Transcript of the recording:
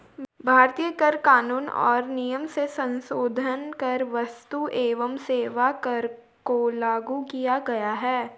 भारतीय कर कानून और नियम में संसोधन कर क्स्तु एवं सेवा कर को लागू किया गया है